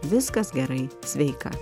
viskas gerai sveika